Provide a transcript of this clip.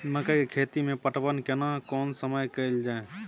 मकई के खेती मे पटवन केना कोन समय कैल जाय?